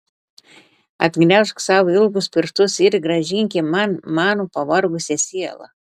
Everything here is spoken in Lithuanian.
atgniaužk savo ilgus pirštus ir grąžinki man mano pavargusią sielą